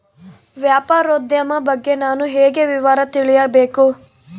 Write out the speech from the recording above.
ವ್ಯಾಪಾರೋದ್ಯಮ ಬಗ್ಗೆ ನಾನು ಹೇಗೆ ವಿವರ ತಿಳಿಯಬೇಕು?